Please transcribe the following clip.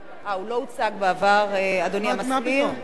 קראו פה ועדות נוספות, ומאחר שזהו התקנון,